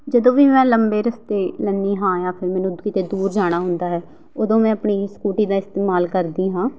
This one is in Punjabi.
ਜਦੋਂ ਵੀ ਮੈਂ ਲੰਬੇ ਰਸਤੇ ਲੈਂਦੀ ਹਾਂ ਜਾਂ ਫਿਰ ਮੈਨੂੰ ਕਿਤੇ ਦੂਰ ਜਾਣਾ ਹੁੰਦਾ ਹੈ ਉਦੋਂ ਮੈਂ ਆਪਣੀ ਸਕੂਟੀ ਦਾ ਇਸਤੇਮਾਲ ਕਰਦੀ ਹਾਂ